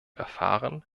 erfahren